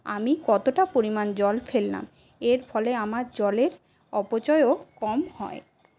আমি কতটা পরিমাণ জল ফেললাম এর ফলে আমার জলের অপচয়ও কম হয়